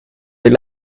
weer